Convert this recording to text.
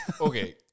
okay